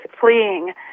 fleeing